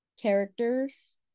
characters